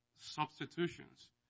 substitutions